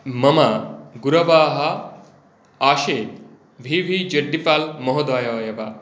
मम गुरवः आसीत् वि वी जड्डिपाल् महोदय एव